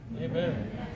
Amen